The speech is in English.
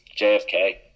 JFK